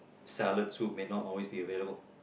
salad soup may not always be available